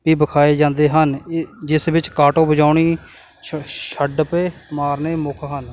ਵੀ ਵਿਖਾਏ ਜਾਂਦੇ ਹਨ ਜਿਸ ਵਿੱਚ ਕਾਟੋ ਵਜਾਉਣੀ ਛ ਛੱੜਪੇ ਮਾਰਨੇ ਮੁੱਖ ਹਨ